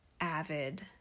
avid